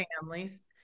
families